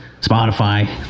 Spotify